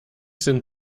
sind